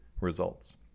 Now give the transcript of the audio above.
results